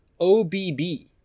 OBB